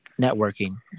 networking